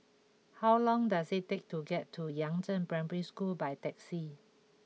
how long does it take to get to Yangzheng Primary School by taxi